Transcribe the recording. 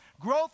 Growth